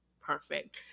Perfect